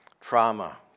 Trauma